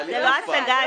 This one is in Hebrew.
--- זה לא השגה.